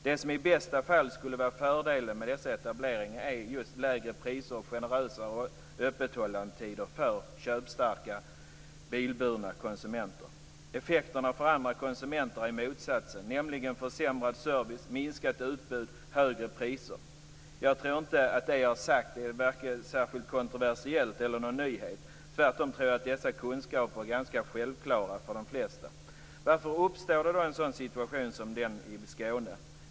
Det som i bästa fall skulle vara fördelen med dessa etableringar är just lägre priser och generösare öppethållandetider för köpstarka bilburna konsumenter. Effekterna för andra konsumenter är motsatsen, nämligen försämrad service, minskat utbud och högre priser. Jag tror inte att det jag har sagt är vare sig särskilt kontroversiellt eller någon nyhet. Tvärtom tror jag att dessa kunskaper är ganska självklara för de flesta. Varför uppstår då en sådan situation som den i Skåne?